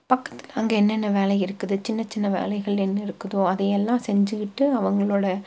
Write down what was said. பக்கத்தில் அங்கே என்னென்ன வேலை இருக்குது சின்ன சின்ன வேலைகள் என்ன இருக்குதோ அதையெல்லாம் செஞ்சுக்கிட்டு அவங்களோட